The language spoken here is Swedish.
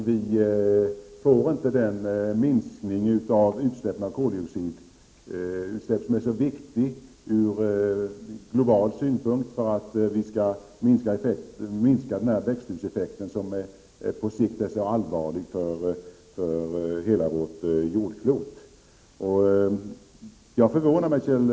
Vi får inte den minskning av koldioxidutsläppen som är så viktig ur global synpunkt. Det gäller ju för oss att reducera växthuseffekten, som på sikt är så allvarlig för hela jordklotet. Jag är alltså förvånad, Kjell Nordström.